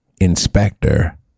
Inspector